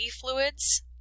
fluids